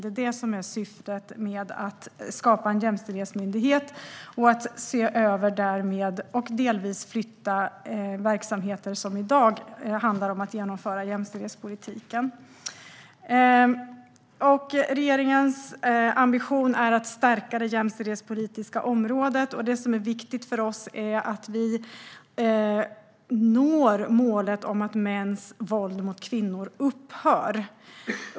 Det är det som är syftet med att skapa en jämställdhetsmyndighet och att delvis flytta verksamheter som i dag handlar om att genomföra jämställdhetspolitiken. Regeringens ambition är att stärka det jämställdhetspolitiska området. Det som är viktigt för oss är att vi når målet om att mäns våld mot kvinnor ska upphöra.